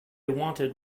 wanted